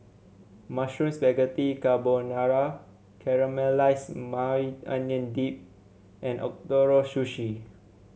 Mushroom Spaghetti Carbonara Caramelized Maui Onion Dip and Ootoro Sushi